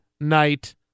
Night